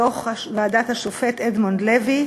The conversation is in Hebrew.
דוח ועדת השופט אדמונד לוי,